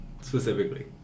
specifically